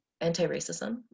anti-racism